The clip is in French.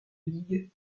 ligue